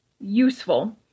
useful